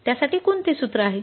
त्यासाठी कोणते सूत्र आहे